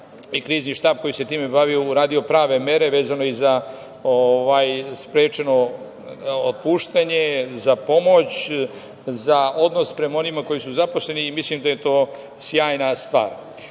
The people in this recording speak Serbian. i Krizni štab koji se time bavio uradio prave mere vezano i za sprečeno otpuštanje, za pomoć, za odnos prema onima koji su zaposleni i mislim da je to sjajna